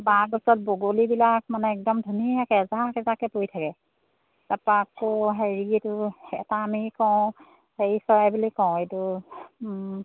বাঁহগছত বগলীবিলাক মানে একদম ধুনীয়াকৈ এজাক এজাককৈ পৰি থাকে তাৰপৰা আকৌ হেৰি এইটো এটা আমি কওঁ হেৰি চৰাই বুলি কওঁ এইটো